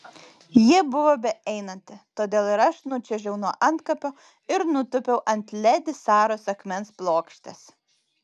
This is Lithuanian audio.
ji buvo beeinanti todėl ir aš nučiuožiau nuo antkapio ir nutūpiau ant ledi saros akmens plokštės